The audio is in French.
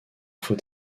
faux